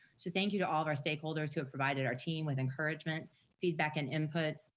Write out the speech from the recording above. so thank you to all of our stakeholders who have provided our team with encouragement feedback and input.